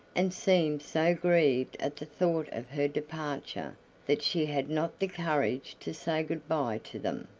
and seemed so grieved at the thought of her departure that she had not the courage to say good-by to them.